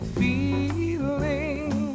feeling